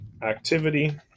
Activity